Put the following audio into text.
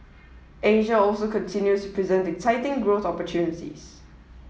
Asia also continues to present exciting growth opportunities